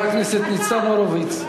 חבר הכנסת ניצן הורוביץ,